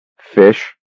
fish